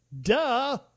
Duh